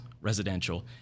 residential